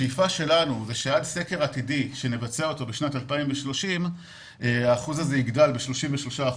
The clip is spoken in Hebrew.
השאיפה שלנו היא שעד סקר עתידי שנבצע בשנת 2030 האחוז הזה יגדל ב-33%